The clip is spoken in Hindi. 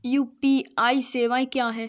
यू.पी.आई सवायें क्या हैं?